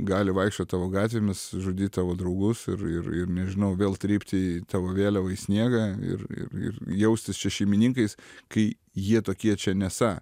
gali vaikščiot tavo gatvėmis žudyt tavo draugus ir ir ir nežinau vėl trypti tavo vėliavą į sniegą ir ir ir jaustis čia šeimininkais kai jie tokie čia nesą